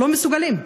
לא מסוגלים.